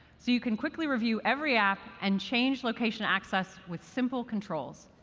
so you can quickly review every app and change location access with simple controls.